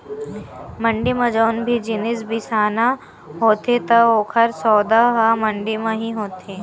मंड़ी म जउन भी जिनिस बिसाना होथे त ओकर सौदा ह मंडी म ही होथे